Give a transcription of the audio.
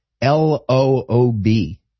L-O-O-B